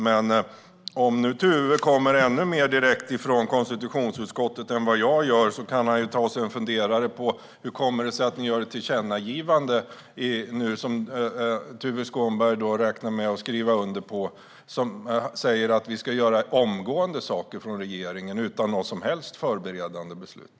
Tuve Skånberg kommer ännu mer direkt från konstitutionsutskottet än vad jag gör och kan ta sig en funderare på hur det kommer sig att ni gör ett tillkännagivande som han räknar med att skriva under som säger att vi ska göra saker omgående från regeringen utan några som helst förberedande beslut.